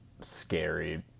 scary